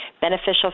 beneficial